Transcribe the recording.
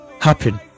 happen